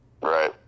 Right